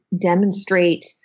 demonstrate